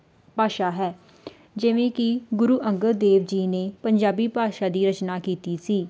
ਭਾਸ਼ਾ ਹੈ ਜਿਵੇਂ ਕਿ ਗੁਰੂ ਅੰਗਦ ਦੇਵ ਜੀ ਨੇ ਪੰਜਾਬੀ ਭਾਸ਼ਾ ਦੀ ਰਚਨਾ ਕੀਤੀ ਸੀ